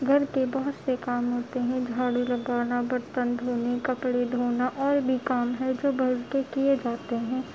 گھر کے بہت سے کام ہوتے ہیں جھاڑو لگانا برتن دھونے کپڑے دھونا اور بھی کام ہے جو گھر کے کیے جاتے ہیں